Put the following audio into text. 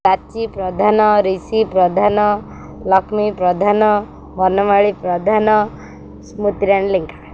Rachi Pradhan Rishi Pradhan Lakshmi Pradhan Banamali Pradhan Smritirani Lenka